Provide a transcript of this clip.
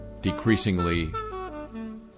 decreasingly